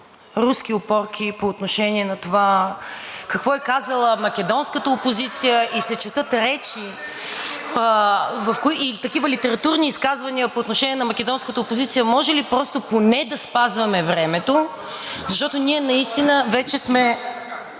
ВЪЗРАЖДАНЕ) по отношение на това какво е казала македонската опозиция и се четат речи и такива литературни изказвания по отношение на македонската опозиция, може ли просто поне да спазваме времето, защото вече е